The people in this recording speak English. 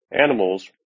animals